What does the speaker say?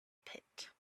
pit